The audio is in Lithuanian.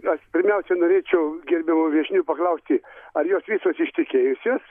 aš pirmiausia norėčiau gerbiamų viešnių paklausti ar jos visos ištekėjusios